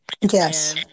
Yes